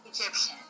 egyptian